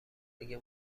دیگه